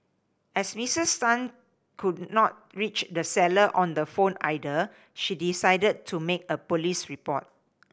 as Missis Tan could not reach the seller on the phone either she decided to make a police report